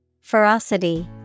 Ferocity